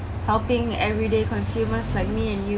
helping everyday consumers like me and you